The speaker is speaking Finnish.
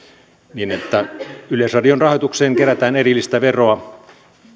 niin että yleisradion rahoitukseen kerätään erillistä veroa